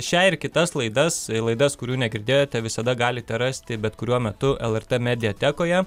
šią ir kitas laidas laidas kurių negirdėjote visada galite rasti bet kuriuo metu lrt mediatekoje